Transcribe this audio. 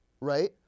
Right